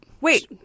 Wait